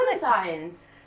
Valentine's